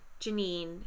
Janine